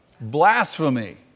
Blasphemy